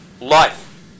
Life